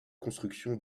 construction